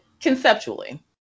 conceptually